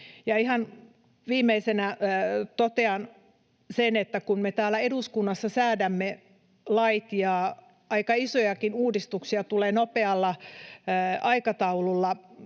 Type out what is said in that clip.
Ihan viimeisenä totean sen, että kun me täällä eduskunnassa säädämme lait ja aika isojakin uudistuksia tulee nopealla aikataululla